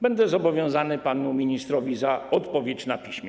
Będę zobowiązany panu ministrowi za odpowiedź na piśmie.